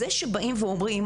זה שבאים ואומרים,